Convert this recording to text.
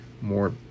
more